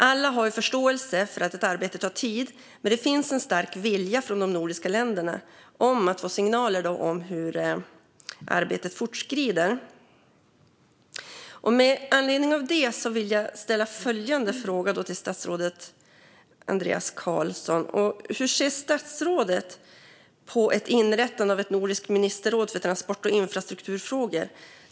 Alla har förståelse för att ett arbete tar tid, men det finns en stark vilja från de nordiska länderna att få signaler om hur arbetet fortskrider. Med anledning av detta vill jag ställa följande fråga till statsrådet Andreas Carlson: Hur ser statsrådet på ett inrättande av ett nordiskt ministerråd för transport och infrastrukturfrågor?